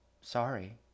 Sorry